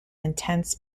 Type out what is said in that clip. intense